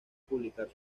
publicar